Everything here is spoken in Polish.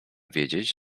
wiedzieć